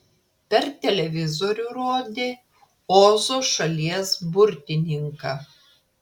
per televizorių rodė ozo šalies burtininką